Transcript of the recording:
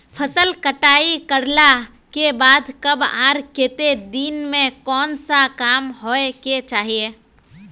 फसल कटाई करला के बाद कब आर केते दिन में कोन सा काम होय के चाहिए?